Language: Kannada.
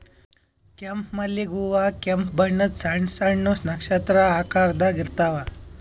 ಕೆಂಪ್ ಮಲ್ಲಿಗ್ ಹೂವಾ ಕೆಂಪ್ ಬಣ್ಣದ್ ಸಣ್ಣ್ ಸಣ್ಣು ನಕ್ಷತ್ರ ಆಕಾರದಾಗ್ ಇರ್ತವ್